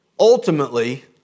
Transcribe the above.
Ultimately